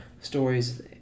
stories